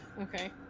Okay